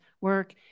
work